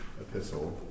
epistle